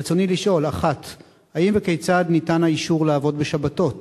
רצוני לשאול: 1. האם וכיצד ניתן האישור לעבוד בשבתות?